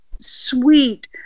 sweet